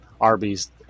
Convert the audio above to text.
Arby's